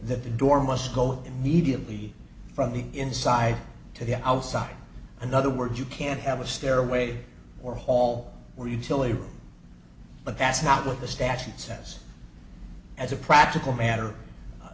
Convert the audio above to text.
that the door must go immediately from the inside to the outside another word you can't have a stairway or hall where utility room but that's not what the statute says as a practical matter